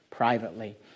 privately